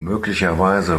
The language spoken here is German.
möglicherweise